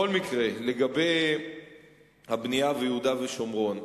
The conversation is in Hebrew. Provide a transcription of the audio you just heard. לגבי הבנייה ביהודה ושומרון,